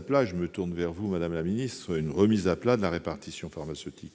plat- je me tourne vers vous, madame la ministre -de la répartition pharmaceutique.